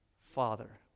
father